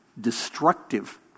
destructive